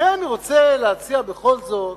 לכן אני רוצה להציע בכל זאת